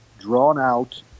drawn-out